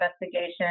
investigation